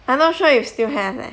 I'm not sure if still have eh